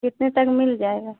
कितने तक मिल जाएगा